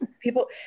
People